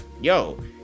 yo